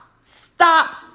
stop